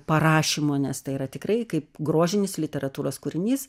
parašymo nes tai yra tikrai kaip grožinis literatūros kūrinys